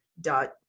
dot